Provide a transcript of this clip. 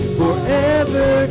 forever